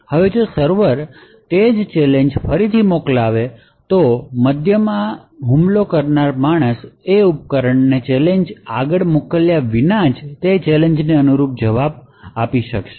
હવે જો સર્વરે તે જ ચેલેંજ ફરીથી મોકલાવ્યું તો મધ્યમાં હુમલો કરનાર માણસ ઉપકરણને ચેલેંજ આગળ મોકલ્યા વિના તે ચેલેંજને અનુરૂપ જવાબ આપી શકશે